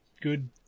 good